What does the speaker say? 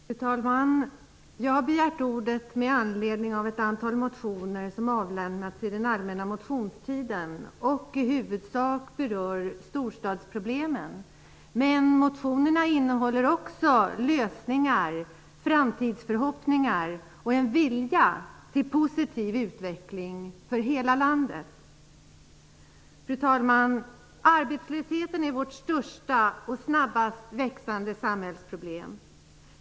Fru talman! Jag har begärt ordet med anledning av ett antal motioner som avlämnats under den allmänna motionstiden och som i huvudsak berör storstadsproblem, men som också innehåller lösningar, framtidsförhoppningar och en vilja till positiv utveckling för hela landet. Fru talman! Arbetslösheten är vårt största och snabbast växande samhällsproblem.